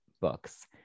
books